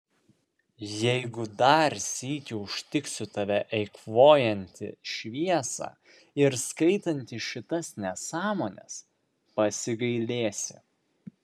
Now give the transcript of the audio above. jeigu dar sykį užtiksiu tave eikvojantį šviesą ir skaitantį šitas nesąmones pasigailėsi